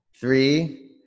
three